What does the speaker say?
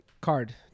card